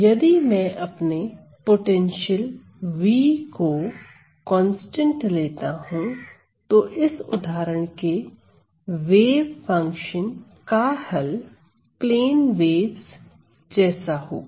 यदि मैं अपने पोटेंशियल v को कांस्टेंट लेता हूं तो इस उदाहरण के वेव फंक्शन का हल प्लेन वेव्स जैसा होगा